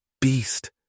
Beast